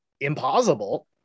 impossible